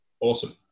Awesome